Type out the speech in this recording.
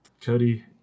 Cody